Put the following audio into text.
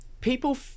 people